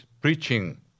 preaching